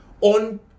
on